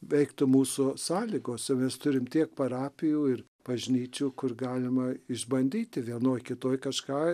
veiktų mūsų sąlygose mes turim tiek parapijų ir bažnyčių kur galima išbandyti vienoj kitoj kažką